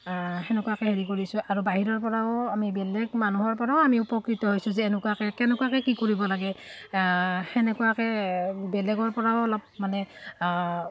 সেনেকুৱাকৈ হেৰি কৰিছোঁ আৰু বাহিৰৰপৰাও আমি বেলেগ মানুহৰপৰাও আমি উপকৃত হৈছোঁ যে এনেকুৱাকৈ কেনেকুৱাকৈ কি কৰিব লাগে সেনেকুৱাকৈ বেলেগৰপৰাও অলপ মানে